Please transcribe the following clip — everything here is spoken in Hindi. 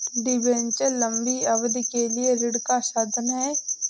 डिबेन्चर लंबी अवधि के लिए ऋण का साधन है